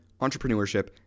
entrepreneurship